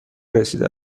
رسیده